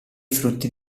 frutti